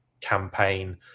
campaign